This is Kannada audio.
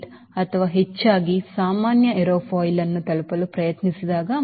8 ಅಥವಾ ಹೆಚ್ಚಾಗಿ ಸಾಮಾನ್ಯ ಏರೋಫಾಯಿಲ್ ಅನ್ನು ತಲುಪಲು ಪ್ರಯತ್ನಿಸಿದಾಗ ಈ 1